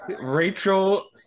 Rachel